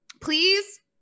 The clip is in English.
please